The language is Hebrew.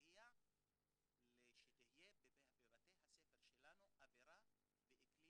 להגיע לכך שיהיו בבתי הספר שלנו אווירה ואקלים